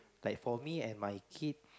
like for me and my kid